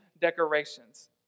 decorations